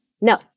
no